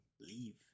leave